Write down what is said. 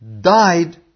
died